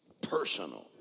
personal